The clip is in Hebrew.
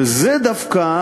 וזה דווקא